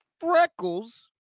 Freckles